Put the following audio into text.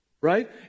right